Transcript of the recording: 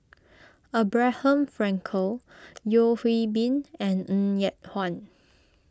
Abraham Frankel Yeo Hwee Bin and Ng Yat Chuan